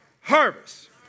Harvest